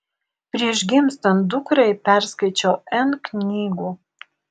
prieš gimstant dukrai perskaičiau n knygų